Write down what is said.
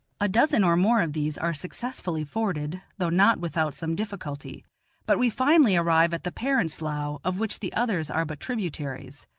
a dozen or more of these are successfully forded, though not without some difficulty but we finally arrive at the parent slough, of which the others are but tributaries.